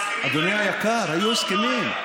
אדוני היקר, היו הסכמים.